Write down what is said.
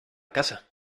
casa